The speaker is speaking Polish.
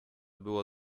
było